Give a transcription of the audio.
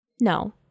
No